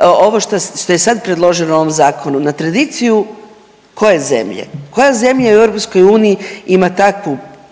ovo što je sad predloženo u ovom zakonu na tradiciju koje zemlje? Koja zemlja u EU ima takav